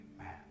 amen